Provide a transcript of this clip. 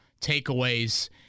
takeaways